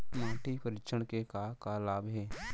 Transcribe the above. माटी परीक्षण के का का लाभ हे?